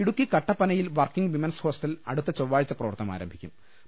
ഇടുക്കി കട്ടപ്പനയിൽ working women's hostel അടുത്ത ചൊവ്വാഴ്ച പ്രവർത്തനം ആരംഭിക്കൂം്